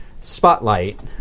Spotlight